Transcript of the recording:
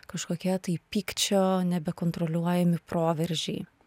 kažkokie tai pykčio nebekontroliuojami proveržiai